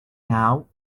now